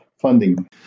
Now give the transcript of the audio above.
funding